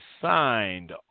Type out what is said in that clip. signed